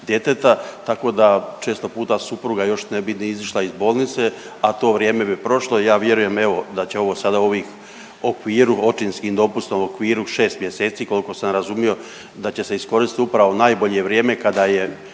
tako da često puta supruga još ne bi ni izišla iz bolnice, a to vrijeme bi prošlo, ja vjerujem evo, da će ovo sada ovih u okviru očinskim dopustom, okviru 6 mjeseci koliko sam razumio, da će se iskoristiti upravo najbolje vrijeme kada je